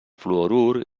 fluorur